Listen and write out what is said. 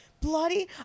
Bloody